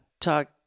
talk